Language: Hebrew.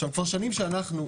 כבר שנים שאנחנו,